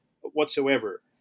whatsoever